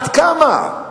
עד כמה?